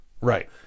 Right